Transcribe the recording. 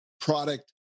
product